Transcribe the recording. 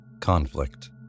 Conflict